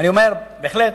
בהחלט.